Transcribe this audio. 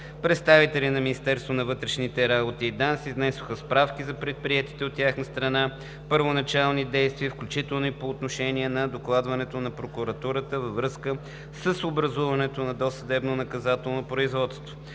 Представителите на Министерството на вътрешните работи и ДАНС изнесоха справки за предприетите от тяхна страна първоначални действия, включително и по отношение на докладването на Прокуратурата във връзка с образуването на досъдебно наказателно производство.